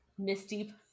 Misty